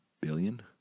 billion